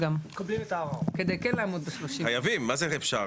אתה צודק.